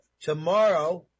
tomorrow